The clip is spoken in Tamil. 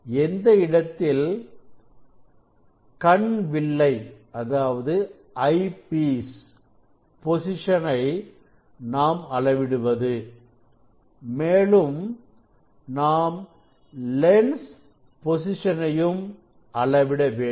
எந்த இடத்தில் கண் வில்லை பொசிஷனை நாம் அளவிடுவதுமேலும் நாம் லென்ஸ் பொசிஷனை யும் அளவிட வேண்டும்